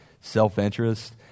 self-interest